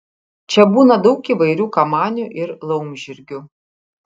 čia būna daug įvairių kamanių ir laumžirgių